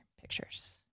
pictures